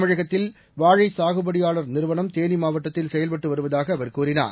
தமிழகத்தில் வாழை சாகுபடியாள் நிறுவனம் தேனி மாவட்டத்தில் செயல்பட்டு வருவதாக அவர் கூறினார்